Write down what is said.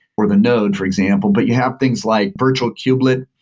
or the node, for example, but you have things like virtual kubelet,